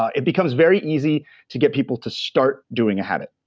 it becomes very easy to get people to start doing a habit,